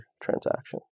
transaction